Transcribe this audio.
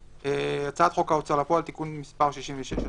הצעת חוק ההוצאה לפועל (תיקון מס' 66),